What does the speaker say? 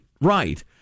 right